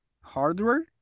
hardware